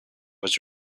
was